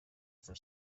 for